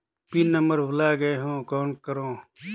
Pin number भुला गयें हो कौन करव?